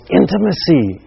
intimacy